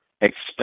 expect